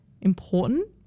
important